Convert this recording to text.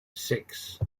six